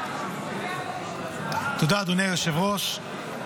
תודה, אדוני היושב-ראש.